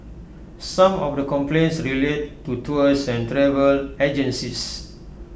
some of the complaints relate to tours and travel agencies